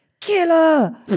Killer